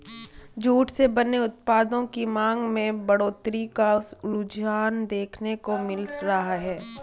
jute से बने उत्पादों की मांग में बढ़ोत्तरी का रुझान देखने को मिल रहा है